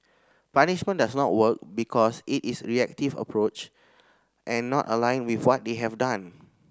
punishment does not work because it is reactive approach and not aligned with what they have done